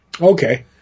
okay